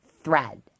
thread